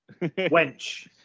Wench